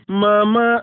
mama